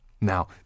Now